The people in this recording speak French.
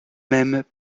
même